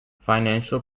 financial